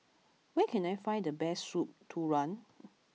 where can I find the best soup Tulang